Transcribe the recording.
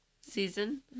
season